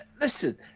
listen